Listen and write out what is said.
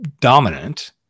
dominant